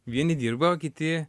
vieni dirba o kiti